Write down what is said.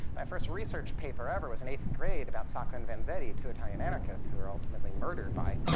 my first research paper ever was in eighth grade about sacco and vanzetti, two italian anarchists who were ultimately murdered by